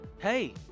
Hey